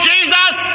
Jesus